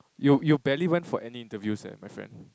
you you barely went for any interviews leh my friend